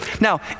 Now